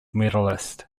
medalist